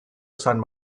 san